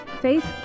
Faith